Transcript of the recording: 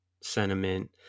sentiment